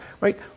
right